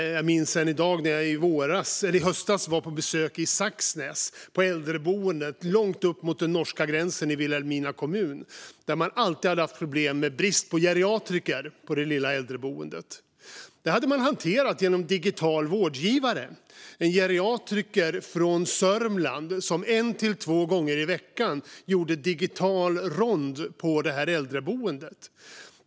Jag minns än i dag när jag i höstas var på besök i Saxnäs, på det lilla äldreboendet långt upp mot den norska gränsen i Vilhelmina kommun, där man alltid haft problem med brist på geriatriker. Detta hade man hanterat genom en digital vårdgivare, en geriatriker från Sörmland som en till två gånger i veckan gjorde digital rond på äldreboendet.